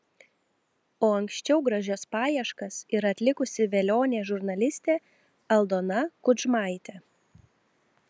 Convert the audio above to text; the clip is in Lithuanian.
o anksčiau gražias paieškas yra atlikusi velionė žurnalistė aldona kudžmaitė